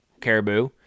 caribou